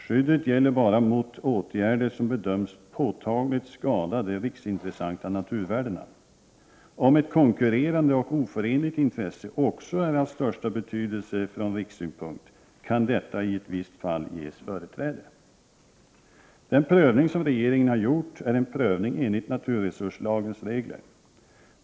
Skyddet gäller bara mot åtgärder som bedöms påtagligt skada de riksintressanta naturvärdena. Om ett konkurrerande och oförenligt intresse också är av största betydelse från rikssynpunkt kan detta i ett visst fall ges företräde. Den prövning som regeringen har gjort är en prövning enligt naturresurslagens regler.